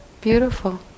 Beautiful